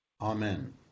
Amen